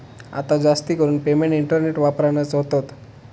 आता जास्तीकरून payment internet वापरानच होतत